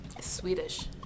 Swedish